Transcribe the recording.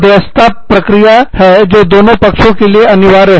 मध्यस्थताप्रक्रिया जैसी है जो दोनों पक्षों के लिए अनिवार्य